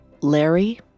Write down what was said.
Larry